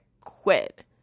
quit